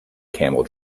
camel